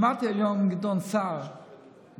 שמעתי היום את גדעון סער בצוהריים.